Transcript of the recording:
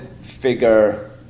figure